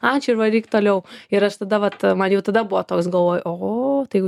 ačiū ir varyk toliau ir aš tada vat man jau tada buvo toks galvoj oho tai